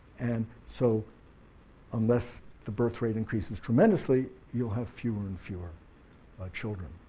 and so unless the birth rate increases tremendously you'll have fewer and fewer children.